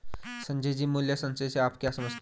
संजय जी, मूल्य संचय से आप क्या समझते हैं?